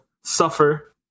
suffer